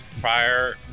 prior